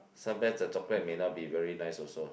some brands of chocolates may not be very nice also